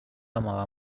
amaba